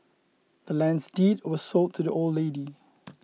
the land's deed was sold to the old lady